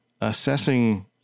assessing